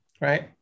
right